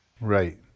Right